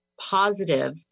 positive